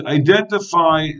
identify